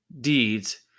deeds